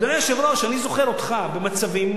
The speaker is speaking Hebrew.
אדוני היושב-ראש, אני זוכר אותך במצבים